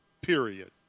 Period